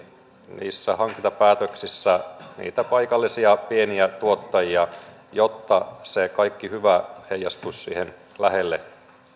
niissä hankintapäätöksissä niitä paikallisia pieniä tuottajia jotta se kaikki hyvä heijastuisi siihen lähelle